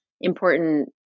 important